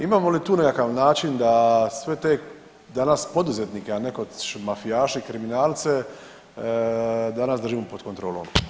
Imamo li tu nekakav način da sve te danas poduzetnike a nekoć mafijaše i kriminalce danas držimo pod kontrolom?